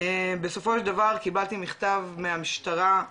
בסופו של דבר קיבלתי מכתב מהמשטרה,